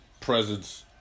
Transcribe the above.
presence